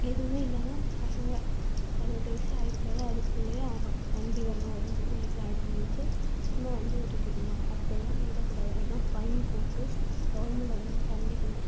எதுவுமே இல்லாமல் பசங்க பதினெட்டு வயசே ஆயிருக்காது அதுக்குள்ளையே அவங்க வண்டி வேணும் அப்படினு சொல்லிவிட்டு வீட்டில் அடம் பிடிச்சி சும்மா வண்டி ஓட்டிகிட்டு இருக்காங்க அப்படிலாம் விடக்கூடாது அதுக்கு எல்லாம் ஃபைன் போட்டு கவர்மெண்ட் அதெல்லாம் தண்டிக்கணும்